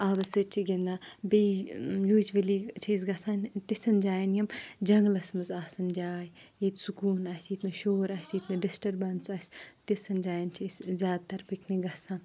آبَس سۭتۍ چھِ گِنٛدان بیٚیہِ یوٗجؤلی چھِ أسۍ گَژھان تِژھَن جایَن یِم جنٛگلَس منٛز آسَن جاے ییٚتہِ سکوٗن آسہِ ییٚتہِ نہٕ شور آسہِ ییٚتہِ نہٕ ڈِسٹربَنٕس آسہِ تِژھَن جایَن چھِ أسۍ زیادٕ تَر پِکنِک گژھان